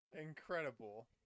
Incredible